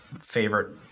favorite